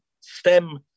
stem